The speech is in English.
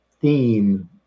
theme